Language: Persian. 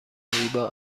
زیبا